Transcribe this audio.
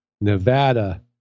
Nevada